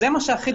זה מה שהכי דחוף?